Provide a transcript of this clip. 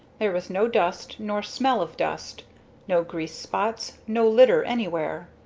there was no dust nor smell of dust no grease spots, no litter anywhere.